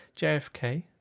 JFK